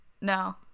No